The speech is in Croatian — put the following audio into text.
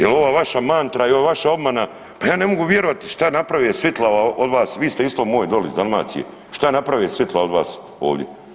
Jel ova vaša mantra i ova vaša obmana, pa ja ne mogu vjerovati šta je napravio svitla od vas, vi ste isto moj doli iz Dalmacije šta je napravio svitla od vas ovdje.